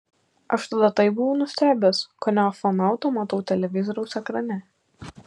aš tada taip buvau nustebęs kone ufonautą matau televizoriaus ekrane